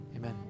Amen